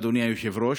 אדוני היושב-ראש,